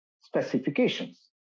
specifications